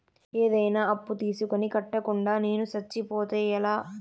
ఏదైనా అప్పు తీసుకొని కట్టకుండా నేను సచ్చిపోతే ఎలా